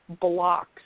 blocks